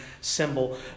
Symbol